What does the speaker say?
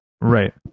Right